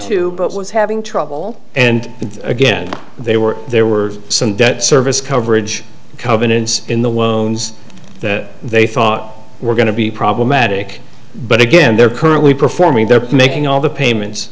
too but was having trouble and again they were there were some debt service coverage covenants in the wounds that they thought were going to be problematic but again they're currently performing their making all the payments